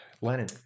Lennon